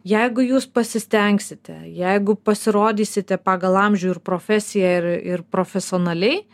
jeigu jūs pasistengsite jeigu pasirodysite pagal amžių ir profesiją ir ir profesionaliai